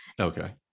Okay